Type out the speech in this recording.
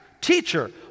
Teacher